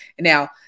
now